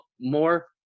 more